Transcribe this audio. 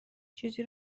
چیزی